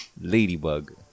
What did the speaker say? Ladybug